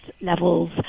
levels